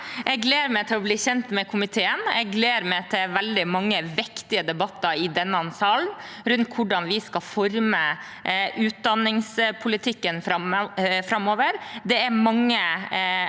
Jeg gleder meg til å bli kjent med komiteen. Jeg gleder meg til veldig mange viktige debatter i denne salen om hvordan vi skal forme utdanningspolitikken framover.